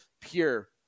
pure